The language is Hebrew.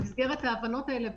במסגרת ההבנות האלו,